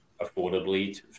affordably